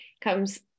comes